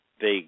big